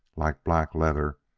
like black leather,